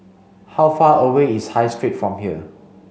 how far away is High Street from here